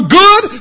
good